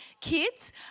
kids